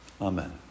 Amen